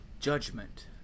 Judgment